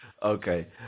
Okay